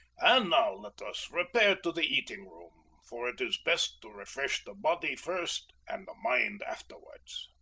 and now let us repair to the eating-room, for it is best to refresh the body first, and the mind afterwards.